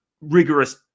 rigorous